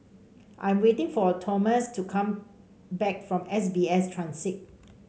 I'm waiting for Tomas to come back from S B S Transit